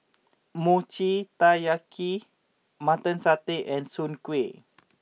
Mochi Taiyaki Mutton Satay and Soon Kway